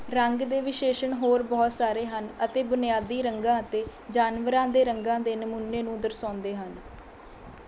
ਰੰਗ ਦੇ ਵਿਸ਼ੇਸ਼ਣ ਹੋਰ ਬਹੁਤ ਸਾਰੇ ਹਨ ਅਤੇ ਬੁਨਿਆਦੀ ਰੰਗਾਂ ਅਤੇ ਜਾਨਵਰਾਂ ਦੇ ਰੰਗਾਂ ਦੇ ਨਮੂਨੇ ਨੂੰ ਦਰਸਾਉਂਦੇ ਹਨ